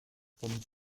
von